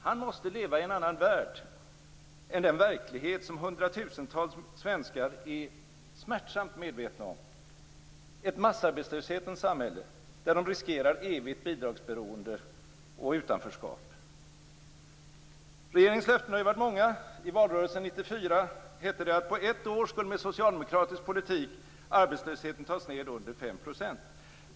Han måste leva i en annan värld än den verklighet som hundratusentals svenskar är smärtsamt medvetna om, ett massarbetslöshetens samhälle där de riskerar evigt bidragsberoende och utanförskap. Regeringens löften har ju varit många. I valrörelsen 1994 hette det att på ett år skulle med socialdemokratisk politik arbetslösheten tas ned under 5 %.